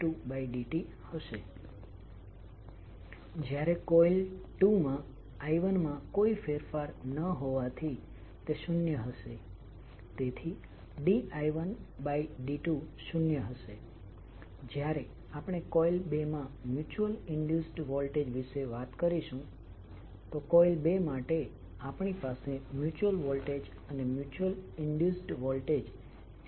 હવે જ્યારે બે કંડકટર અથવા તમે કહી શકો છો કે જ્યારે બે કોઇલ એકબીજાની નિકટતામાં હોય છે ત્યારે એક કોઇલમાંનો કરંટ બીજી કોઇલ સાથે લીંક થઈને ચુંબકીય પ્લગ ઉત્પન્ન થાય છે અને ત્યાંથી તે બીજી કોઇલમાં વોલ્ટેજ ઉત્પન્ન કરે છે અને આ ખાસ ઘટના મ્યુચ્યુઅલ ઇન્ડક્ટન્સ તરીકે ઓળખાય છે